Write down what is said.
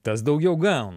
tas daugiau gauna